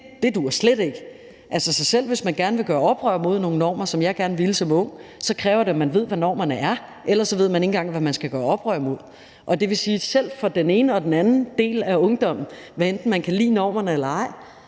det duer slet ikke. Selv hvis man gerne vil gøre oprør mod nogle normer, som jeg gerne ville som ung, kræver det, at man ved, hvad normerne er. Ellers ved man ikke engang, hvad man skal gøre oprør mod. Det vil sige, at selv den ene og den anden del af ungdommen, hvad enten man kan lide normerne eller ej,